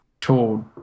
told